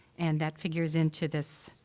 and that figures into this.